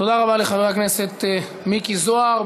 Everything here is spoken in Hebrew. תודה רבה לחבר הכנסת מיקי זוהר.